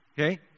Okay